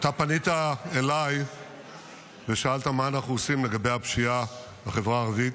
אתה פנית אליי ושאלת מה אנחנו עושים לגבי הפשיעה בחברה הערבית,